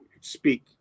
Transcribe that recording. speak